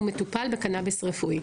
הוא מטופל בקנביס רפואי.